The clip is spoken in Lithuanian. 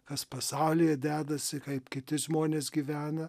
kas pasaulyje dedasi kaip kiti žmonės gyvena